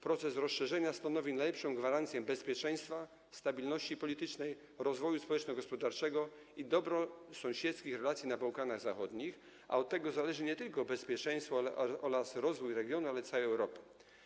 Proces rozszerzenia stanowi najlepszą gwarancję bezpieczeństwa, stabilności politycznej, rozwoju społeczno-gospodarczego i dobrosąsiedzkich relacji na Bałkanach Zachodnich, a od tego zależą bezpieczeństwo oraz rozwój nie tylko regionu, ale i całej Europy.